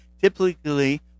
typically